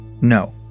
No